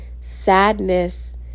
sadness